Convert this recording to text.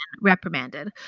reprimanded